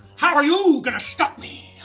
how are you going to stop me?